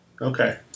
Okay